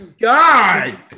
God